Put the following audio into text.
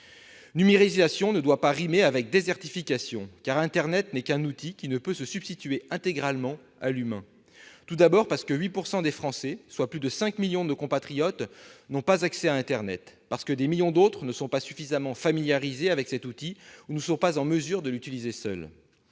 Numérisation ne doit pas rimer avec désertification, car internet n'est qu'un outil qui ne peut se substituer intégralement à l'humain. Tel est le cas, tout d'abord, parce que 8 % des Français, soit plus de 5 millions de nos compatriotes, n'ont pas accès à internet, mais aussi parce que des millions d'autres ne sont pas suffisamment familiarisés avec cet outil ou ne sont pas en mesure de l'utiliser seuls.